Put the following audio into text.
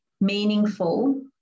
meaningful